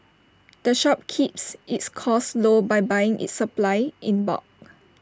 the shop keeps its costs low by buying its supplies in bulk